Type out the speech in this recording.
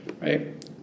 right